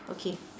okay